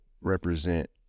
represent